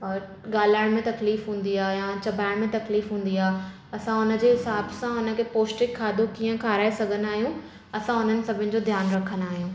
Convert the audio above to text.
ॻाल्हाइण में तकलीफ़ु हूंदी आहे या चबाइण मे तकलीफ़ु हूंदी आहे असां उन जे हिसाब सां हुन खे पोष्टिक खाधो कीअं खाराए सघंदा आहियूं असां हुननि सभिनि जो ध्यानु रखंदा आहियूं